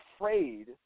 afraid